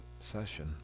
session